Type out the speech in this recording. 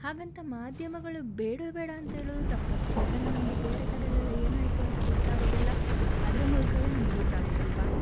ಹಾಗಂತ ಮಾಧ್ಯಮಗಳು ಬೇಡವೇ ಬೇಡ ಅಂತ ಹೇಳೋದು ತಪ್ಪಾಗ್ತದೆ ಯಾಕೆಂದರೆ ನಮಗೆ ಬೇರೆ ಕಡೆಯಲ್ಲೆಲ್ಲ ಏನಾಯಿತು ಅಂತ ಗೊತ್ತಾಗೋದೆಲ್ಲ ಅದರ ಮೂಲಕವೇ ನಮಗೆ ಗೊತ್ತಾಗೋದಲ್ವಾ